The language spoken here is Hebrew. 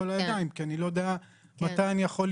על הידיים כי אני לא יודע מתי אני יכול.